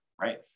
right